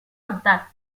altar